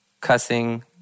cussing